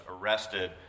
arrested